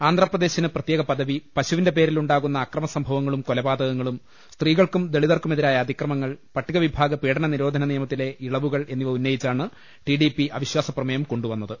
ആന്ധ്രാ പ്രദേശിന് പ്രത്യേക പദവി പശുവിന്റെ പേരിൽ ഉണ്ടാകുന്ന അക്രമസംഭവങ്ങളും കൊലപാതകങ്ങളും സ്ത്രീകൾക്കും ദളിതർക്കുമെതിരായ അതിക്രമങ്ങൾ പട്ടിക വിഭാഗ പീഡന നിരോധന നിയമത്തിലെ ഇളവുകൾ എന്നിവ ഉന്നയിച്ചാണ് ടി ഡി പി അവിശ്വാസ പ്രമേയം കൊണ്ടു വന്നത്